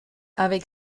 avec